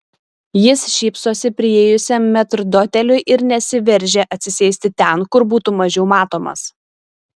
jis šypsosi priėjusiam metrdoteliui ir nesiveržia atsisėsti ten kur būtų mažiau matomas